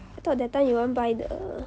I thought that time you want buy the